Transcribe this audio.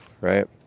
right